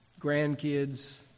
grandkids